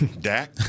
Dak